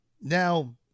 now